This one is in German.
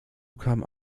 kamen